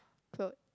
cloth